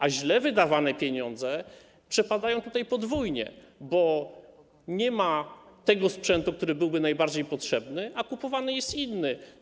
A źle wydawane pieniądze przepadają podwójnie, bo nie ma sprzętu, który byłby najbardziej potrzebny, a kupowany jest inny.